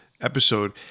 episode